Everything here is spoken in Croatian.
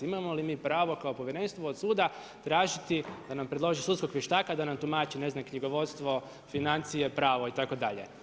Imamo li mi pravo kao povjerenstvo od suda tražiti da nam predloži sudskog vještaka da nam tumači ne znam knjigovodstvo, financije, pravo itd.